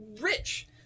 rich